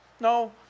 no